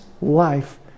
life